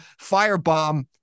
firebomb